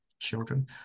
children